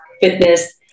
fitness